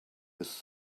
his